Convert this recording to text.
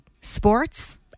Sports